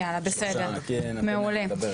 יאללה בסדר מעולה,